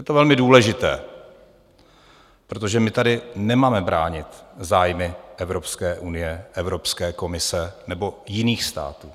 Je to velmi důležité, protože my tady nemáme bránit zájmy Evropské unie, Evropské komise nebo jiných států.